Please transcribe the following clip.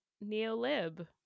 neo-lib